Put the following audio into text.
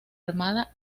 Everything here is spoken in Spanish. armada